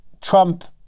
Trump